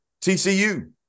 TCU